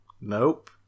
Nope